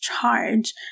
charge